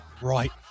right